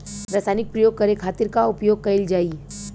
रसायनिक प्रयोग करे खातिर का उपयोग कईल जाइ?